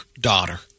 daughter